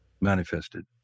manifested